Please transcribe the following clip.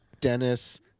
Dennis